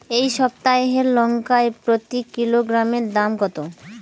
এই সপ্তাহের লঙ্কার প্রতি কিলোগ্রামে দাম কত?